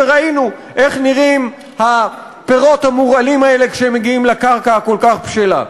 וראינו איך נראים הפירות המורעלים האלה כשהם מגיעים לקרקע הכל-כך בשלה.